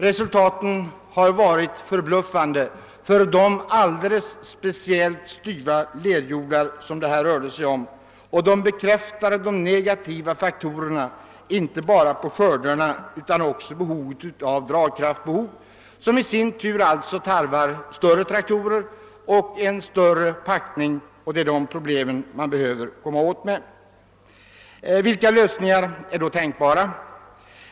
Resultaten har varit förbluffande alldeles speciellt beträffande de styva lerjordar som det här rörde sig om, och de bekräftar de negativa verkningarna inte bara på skördarna utan också i fråga om dragkraftsbehovet. Följden blir att det tarvas allt större traktorer som medför än större packning. Det är dessa problem man behöver komma till rätta med. Vilka lösningar är då tänkbara?